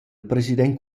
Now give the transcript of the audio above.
president